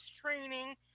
training